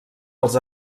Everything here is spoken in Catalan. els